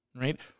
right